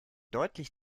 deutlich